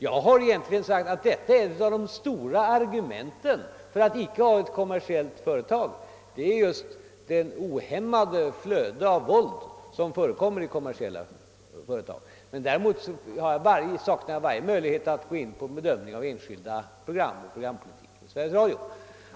Jag har sagt att ett av de stora argumenten för att inte ha ett kommersiellt företag är just det ohämmade flöde av våld som förekommer i kommersiella företag. Däremot saknar jag varje möjlighet att gå in på en bedömning av enskilda program och programpolitiken över huvud taget i Sveriges Radio.